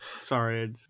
Sorry